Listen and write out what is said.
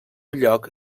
lloc